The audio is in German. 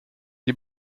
die